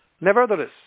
Nevertheless